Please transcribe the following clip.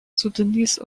sudanese